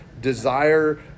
desire